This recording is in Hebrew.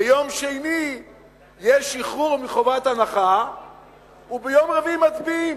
ביום שני יש שחרור מחובת הנחה וביום רביעי מצביעים,